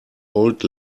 old